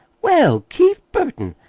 well, keith burton,